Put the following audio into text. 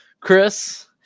Chris